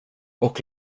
och